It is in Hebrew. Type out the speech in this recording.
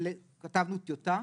כתבנו טיוטה.